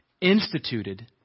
instituted